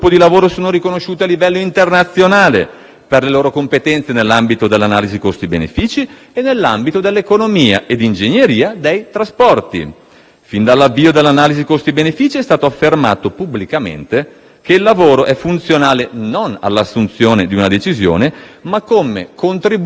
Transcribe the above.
per le loro competenze nell'ambito dell'analisi costi-benefici e nell'ambito dell'economia e ingegneria dei trasporti. Fin dall'avvio dell'analisi costi-benefici è stato affermato pubblicamente che il lavoro è funzionale non all'assunzione di una decisione, ma come contributo alla ridiscussione del progetto.